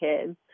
kids